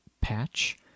patch